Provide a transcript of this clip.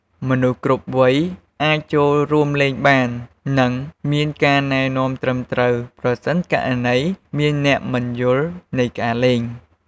មនុស្សគ្រប់វ័យអាចចូលរួមលេងបាន និងមានការណែនាំត្រឹមត្រូវប្រសិនករណីមានអ្នកមិនយល់នៃការលេង។